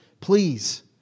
please